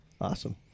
Awesome